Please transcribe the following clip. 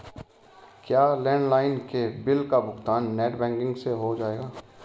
क्या लैंडलाइन के बिल का भुगतान नेट बैंकिंग से हो जाएगा?